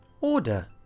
Order